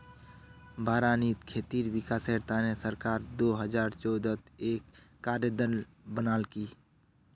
बारानीत खेतीर विकासेर तने सरकार दो हजार चौदहत एक कार्य दल बनैय्यालकी